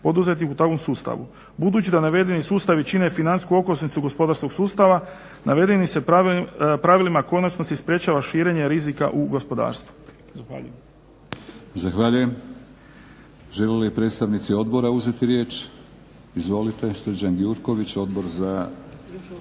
poduzetih u takvom sustavu. Budući da navedeni sustavi čine financijsku okosnicu gospodarskog sustava navedenim se pravilima u konačnosti sprječava širenje rizika u gospodarstvu.